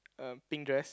um pink dress